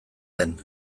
den